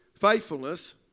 faithfulness